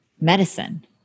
medicine